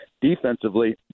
defensively